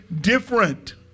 different